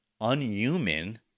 unhuman